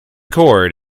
cord